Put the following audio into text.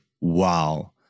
wow